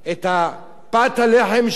את פת הלחם שלי,